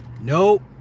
Nope